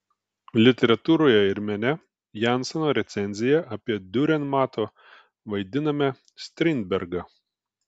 literatūroje ir mene jansono recenzija apie diurenmato vaidiname strindbergą